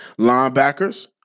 linebackers